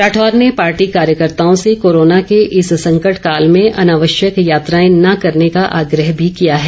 राठौर ने पॉर्टी कार्यकर्ताओं से कोरोना के इस संकट काल में अनावश्यक यात्राएं न करने का आग्रह भी किया है